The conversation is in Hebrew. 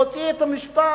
להוציא את המלים